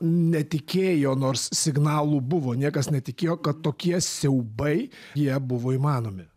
netikėjo nors signalų buvo niekas netikėjo kad tokie siaubai jie buvo įmanomi